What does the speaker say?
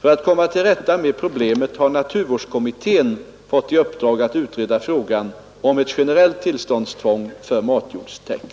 För att komma till rätta med problemet har naturvårdskommittén fått i uppdrag att utreda frågan om ett generellt tillståndstvång för matjordstäkt.